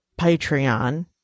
Patreon